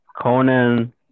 Conan